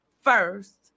first